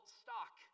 stock